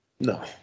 No